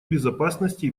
безопасности